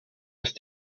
ist